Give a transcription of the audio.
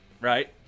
Right